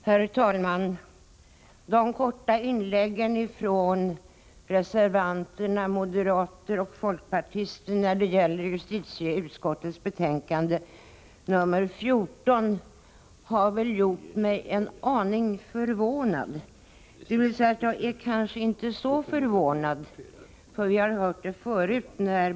Herr talman! De korta inläggen från reservanterna, som utgörs av moderater och folkpartister, till justitieutskottets betänkande nr 14 har gjort mig en aning förvånad — eller jag skall kanske snarare säga att jag inte är förvånad; jag har hört detta förut.